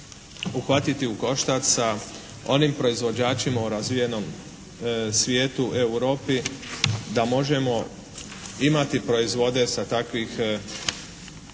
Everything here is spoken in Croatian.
uhvatiti u koštac sa onim proizvođačima u razvijenom svijetu, u Europi da možemo imati proizvode sa takvih